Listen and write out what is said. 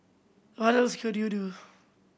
what else could you do